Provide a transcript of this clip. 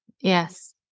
Yes